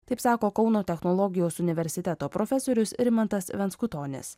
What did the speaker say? taip sako kauno technologijos universiteto profesorius rimantas venskutonis